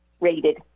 rated